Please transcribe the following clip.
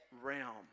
realm